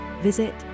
visit